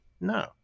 No